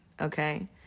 okay